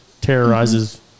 terrorizes